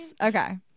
okay